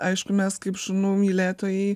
aišku mes kaip šunų mylėtojai